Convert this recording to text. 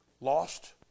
Lost